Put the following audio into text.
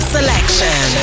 Selection